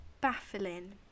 baffling